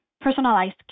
personalized